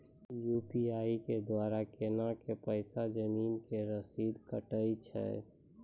UPI के द्वारा केना कऽ पैसा जमीन के रसीद कटैय छै?